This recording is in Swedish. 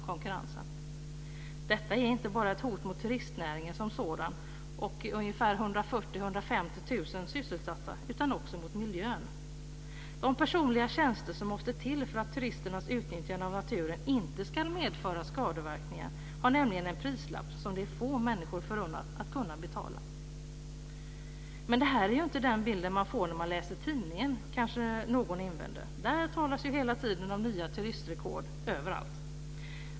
Detta är inte bara ett hot mot turistnäringen som sådan och mot ungefär 140 000-150 000 sysselsatta utan också mot miljön. De personliga tjänster som måste till för att turisternas utnyttjande av naturen inte ska medföra skadeverkningar har nämligen en prislapp, och det priset är det få förunnat att kunna betala. Detta är dock inte den bild som man får när man läser tidningen, invänder kanske någon, för där talas det hela tiden om nya turistrekord överallt.